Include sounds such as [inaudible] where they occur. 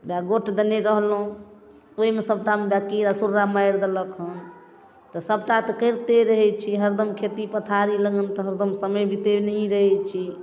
[unintelligible] नहि रहलहुँ ओहिमे सबटा कीड़ा सूरा मारि देलक हन तऽ सबटा तऽ करिते रहै छी कि हरदम खेती पथारी लग हम तऽ हरदम समय बितेनहि रहै छी